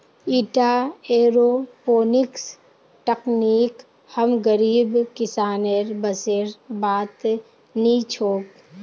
ईटा एयरोपोनिक्स तकनीक हम गरीब किसानेर बसेर बात नी छोक